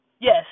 Yes